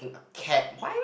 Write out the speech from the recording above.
cat why